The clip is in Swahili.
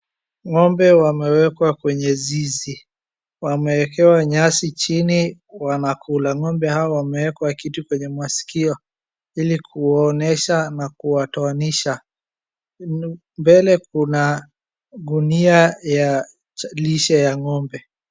Ng'ombe wamewekwa kwenye zizi. Wameekewa nyasi chini wanakula. Ng'ombe hawa wameekwa kitu kwenye masikio ili kuonyesha na kuwatoanisha. Mbele kuna gunia ya lishe ya ng'ombe.